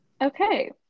Okay